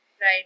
Right